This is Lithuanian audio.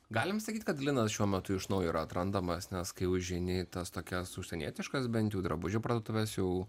galime sakyti kad linas šiuo metu iš naujo atrandamas nes kai užeini į tas tokias užsienietiškas bent jau drabužių parduotuves jau